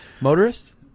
motorists